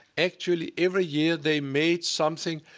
actually, every year they made something.